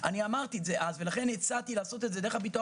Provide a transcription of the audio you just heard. אני אמרתי את זה אז ולכן הצעתי לעשות את זה דרך הביטוח